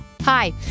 hi